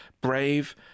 brave